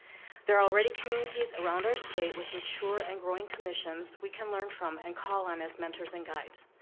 there are already communities around our state with mature and growing commissions we can learn from and call on as mentors and guides.